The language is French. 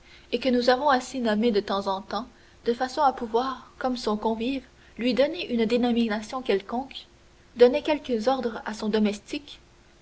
et que nous avons ainsi nommé de temps en temps de façon à pouvoir comme son convive lui donner une dénomination quelconque donnait quelques ordres à son domestique